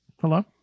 Hello